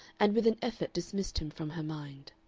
and with an effort dismissed him from her mind.